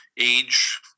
age